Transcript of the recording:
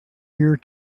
year